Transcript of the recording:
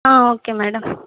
ah okay madam